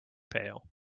pail